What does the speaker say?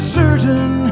certain